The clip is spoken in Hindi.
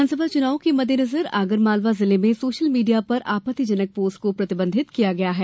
विधानसभा चुनाव के मद्देनजर आगर मालवा जिले में सोशल मीडिया पर आपत्तिजनक पोस्ट को प्रतिबंधित किया गया है